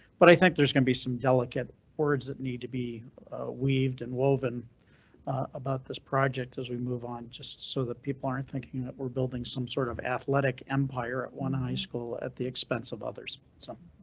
but i think there's going to be some delicate words that need to be weaved and woven about this project as we move on just so that people aren't thinking that we're building some sort of athletic empire at one high school at the expense of others.